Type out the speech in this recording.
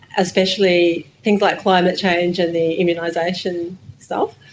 especially things like climate change and the immunisation stuff.